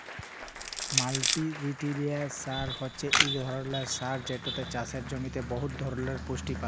মাল্টিলিউটিরিয়েল্ট সার হছে ইক ধরলের সার যেটতে চাষের জমিতে বহুত ধরলের পুষ্টি পায়